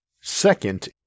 Second